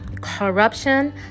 corruption